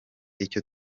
icyo